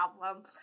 problem